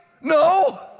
No